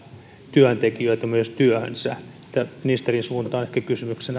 työntekijöitä myös töihin ministerin suuntaan ehkä kysymyksenä